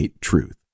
truth